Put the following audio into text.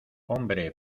hombre